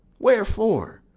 wherefore?